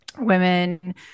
Women